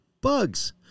Bugs